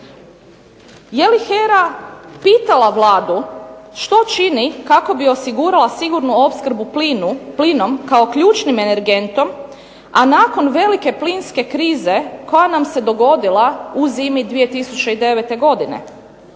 Je li HERA pitala Vladu što čini kako bi osigurala sigurnu opskrbu plinom kao ključnim energentom, a nakon velike plinske krize koja nam se dogodila u zimi 2009. godine?